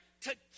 together